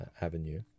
avenue